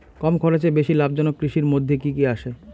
কম খরচে বেশি লাভজনক কৃষির মইধ্যে কি কি আসে?